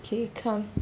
K come